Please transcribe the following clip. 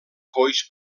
coix